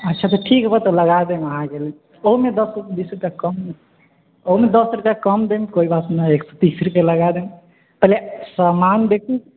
अच्छा तऽ ठीक बा लगा देम अहाँके लेल दस बीस रुपैआ कम ओहोमे दस रुपैआ कम देब कोइ बात नहि हइ एक सओ तीस रुपैए लगा देम पहिले सामान देखू